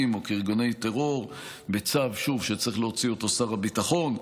או כארגוני טרור בצו שצריך להוציא אותו שר הביטחון,